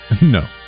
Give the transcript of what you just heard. No